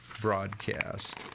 broadcast